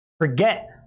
Forget